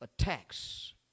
attacks